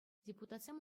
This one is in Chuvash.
депутатсем